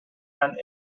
and